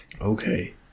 Okay